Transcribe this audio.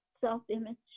self-image